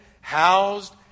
housed